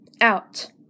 out